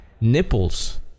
nipples